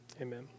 Amen